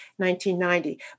1990